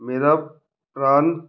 ਮੇਰਾ ਪ੍ਰਾਨ